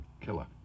killer